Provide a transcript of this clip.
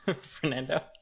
Fernando